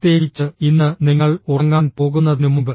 പ്രത്യേകിച്ച് ഇന്ന് നിങ്ങൾ ഉറങ്ങാൻ പോകുന്നതിനുമുമ്പ്